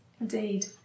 indeed